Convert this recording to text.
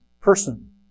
person